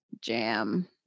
jam